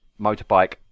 motorbike